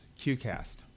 QCAST